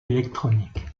électronique